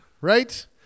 right